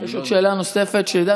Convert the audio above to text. יש שאלה נוספת של עידן.